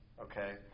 Okay